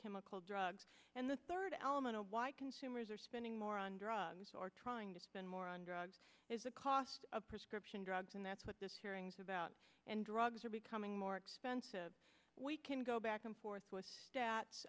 chemical drugs and the third element of why consumers are spending more on drugs or trying to spend more on drugs is the cost of prescription drugs and that's what this hearings about and drugs are becoming more expensive we can go back and forth